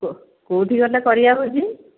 କୁହ କେଉଁଠି ଗଲେ କରିବା ଭୋଜି